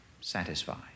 satisfied